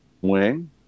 wing